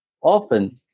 often